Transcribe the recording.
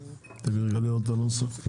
תני לי רגע לראות את הנוסח.